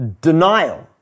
denial